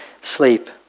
Sleep